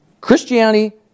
Christianity